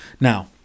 Now